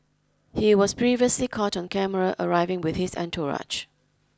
he was previously caught on camera arriving with his entourage